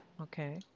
Okay